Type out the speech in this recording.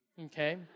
Okay